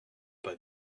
pas